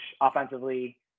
offensively